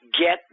get